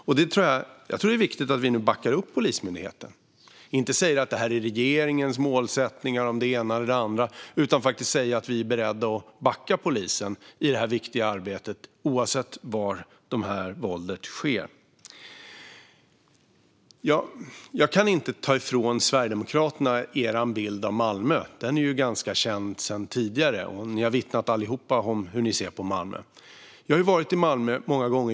Jag tror att det är viktigt att vi nu backar upp Polismyndigheten och inte säger att detta är regeringens målsättningar om det ena eller det andra - alltså att vi faktiskt säger att vi är beredda att backa upp polisen i detta viktiga arbete, oavsett var detta våld sker. Jag kan inte ta ifrån Sverigedemokraterna deras bild av Malmö. Den är ganska känd sedan tidigare, och ni har vittnat om hur ni ser på Malmö. Jag har varit i Malmö många gånger.